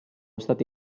stati